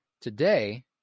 Today